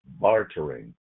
bartering